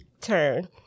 turn